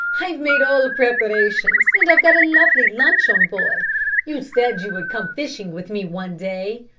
i've made all preparations and i've got a lovely lunch on board you said you would come fishing with me one day.